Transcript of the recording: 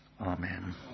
Amen